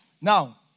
Now